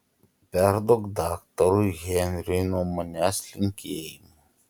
perduok daktarui henriui nuo manęs linkėjimų